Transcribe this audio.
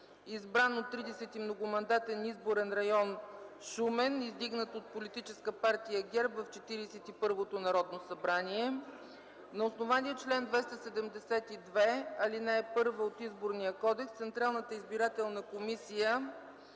избран от 30. многомандатен изборен район Шумен, издигнат от Политическа партия ГЕРБ в Четиридесет и първото Народно събрание, на основание чл. 272, ал. 1 от Изборния кодекс Централната избирателна комисия